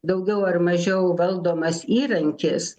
daugiau ar mažiau valdomas įrankis